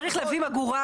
צריך לבוא עגורן,